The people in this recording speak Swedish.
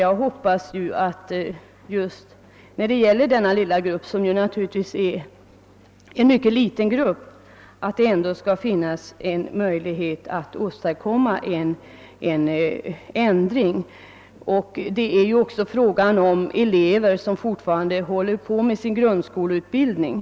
Jag hoppas att det skall finnas möjligheter att ändra på den saken för 'den lilla grupp elever det här gäller. Det är fråga om elever som fortfarande håller på med sin grundskoleutbildning.